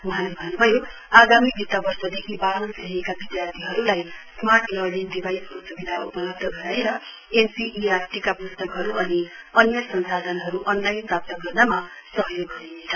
वहाँले भन्नुभयो आगामी वित्त वर्षदेखि वाह्रौं श्रेणीका विधार्थीहरुलाई स्मार्ट लर्निङ डिमाइसको सुविधा उपलब्ध गराएर एनसीईआरटी का पुस्तकहरु अनि अन्य संसाधनहरु अनलाइन प्राप्त गर्नमा सहयोग गरिनेछ